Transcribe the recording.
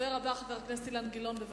הדובר הבא, חבר הכנסת אילן גילאון, בבקשה,